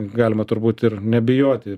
galima turbūt ir nebijoti